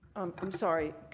i'm sorry.